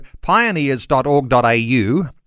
pioneers.org.au